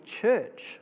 church